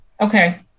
Okay